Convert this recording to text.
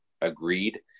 agreed